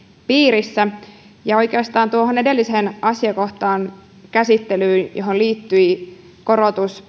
piirissä ja oikeastaan tuohon edelliseen asiakohtaan käsittelyyn johon liittyi peruspäivärahojen korotus